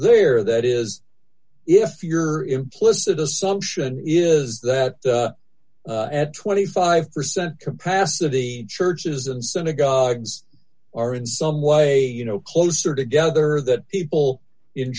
there that is if your implicit assumption is that twenty five percent capacity churches and synagogues are in some way you know closer together that people in